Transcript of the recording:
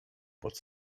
pod